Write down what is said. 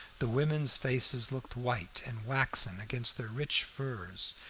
the women's faces looked white and waxen against their rich furs,